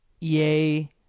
yay